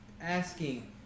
asking